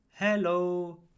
Hello